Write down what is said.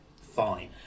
fine